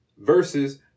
Versus